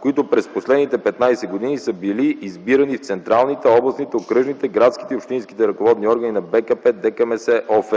които през последните 15 години са били избирани в централните, областните, окръжните, градските и общинските ръководни органи на БКП, ДКМС, ОФ,